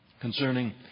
concerning